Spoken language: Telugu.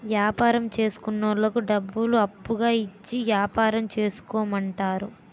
యాపారం చేసుకున్నోళ్లకు డబ్బులను అప్పుగా ఇచ్చి యాపారం చేసుకోమంటారు